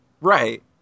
right